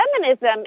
feminism